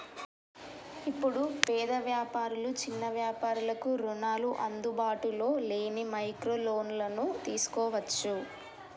ఇప్పుడు పేద వ్యాపారులు చిన్న వ్యాపారులకు రుణాలు అందుబాటులో లేని మైక్రో లోన్లను తీసుకోవచ్చు